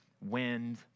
wind